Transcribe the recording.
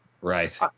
Right